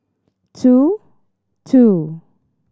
two two